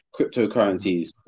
cryptocurrencies